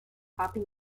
hopping